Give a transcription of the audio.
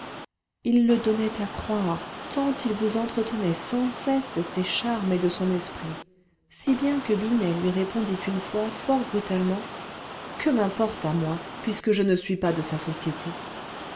il le donnait à croire tant il vous entretenait sans cesse de ses charmes et de son esprit si bien que binet lui répondit une fois fort brutalement que m'importe à moi puisque je ne suis pas de sa société